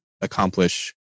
accomplish